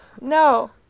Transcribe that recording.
No